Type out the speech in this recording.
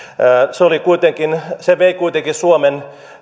se vei kuitenkin suomen